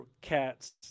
cats